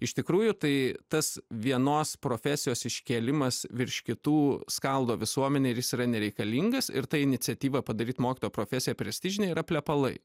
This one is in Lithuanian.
iš tikrųjų tai tas vienos profesijos iškėlimas virš kitų skaldo visuomenę ir jis yra nereikalingas ir ta iniciatyva padaryt mokytojo profesiją prestižinę yra plepalai